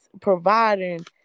providing